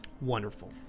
wonderful